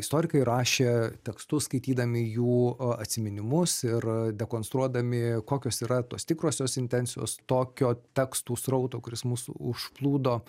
istorikai rašė tekstus skaitydami jų a atsiminimus ir dekonstruodami kokios yra tos tikrosios intencijos tokio tekstų srauto kuris mus užplūdo